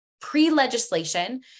Pre-legislation